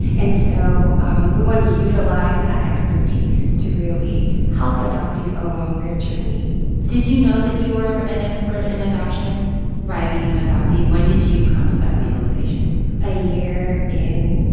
and so we want to utilize that expertise to really help adoptees along their journey did you know that you were an expert in adoption by being an adoptee? when did you come to that realization a year in,